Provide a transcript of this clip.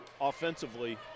offensively